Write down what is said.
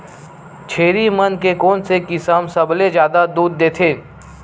छेरी मन के कोन से किसम सबले जादा दूध देथे?